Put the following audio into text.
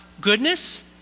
goodness